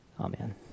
Amen